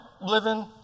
living